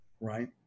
Right